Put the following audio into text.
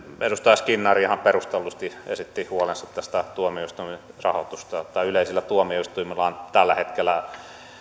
edustaja skinnari ihan perustellusti esitti huolensa tästä tuomioistuimien rahoituksesta yleisillä tuomioistuimilla on tällä hetkellä